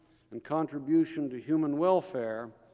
and contribution to human welfare,